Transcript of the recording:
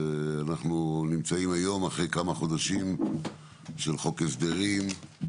אנחנו נמצאים היום אחרי כמה חודשים של חוק הסדרים,